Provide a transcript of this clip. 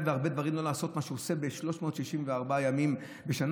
בהרבה דברים לא לעשות ביום כיפור מה שהוא עושה ב-364 ימים בשנה,